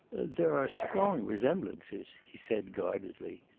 there are strong resemblances, he said guardedly.